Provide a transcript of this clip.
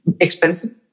expensive